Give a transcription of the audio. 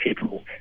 people